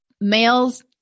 Males